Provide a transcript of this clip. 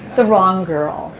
the wrong girl.